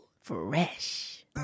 Fresh